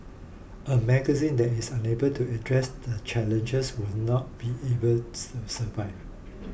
a magazine that is unable to address the challenges will not be able to survive